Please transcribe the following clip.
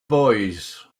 boys